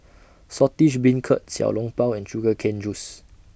Saltish Beancurd Xiao Long Bao and Sugar Cane Juice